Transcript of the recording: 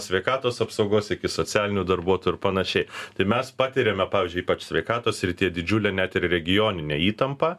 sveikatos apsaugos iki socialinių darbuotojų ir panašiai tai mes patiriame pavyzdžiui ypač sveikatos srityje didžiulę net ir regioninę įtampą